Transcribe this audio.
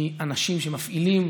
מאנשים שמפעילים,